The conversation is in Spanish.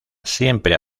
siempre